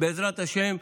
בעזרת השם,